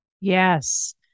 Yes